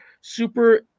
super